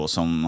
Som